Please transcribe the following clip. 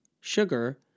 sugar